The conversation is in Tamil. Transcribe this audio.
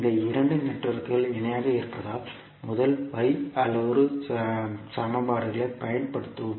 இந்த 2 நெட்வொர்க்குகள் இணையாக இருப்பதால் முதல் y அளவுரு சமன்பாடுகளைப் பயன்படுத்துவோம்